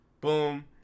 boom